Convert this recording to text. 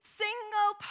single